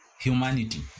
humanity